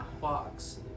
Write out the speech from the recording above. box